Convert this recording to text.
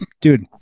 dude